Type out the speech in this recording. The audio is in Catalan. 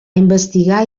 investigar